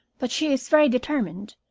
but she is very determined,